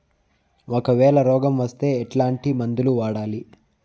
ఒకవేల రోగం వస్తే ఎట్లాంటి మందులు వాడాలి?